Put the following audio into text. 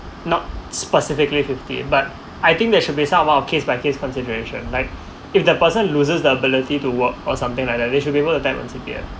not specifically fifty but I think there should be some amount of case by case consideration like if the person loses the ability to work or something like that they should be worked attempt on C_P_F